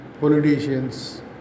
politicians